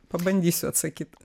pabandysiu atsakyt